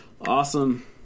Awesome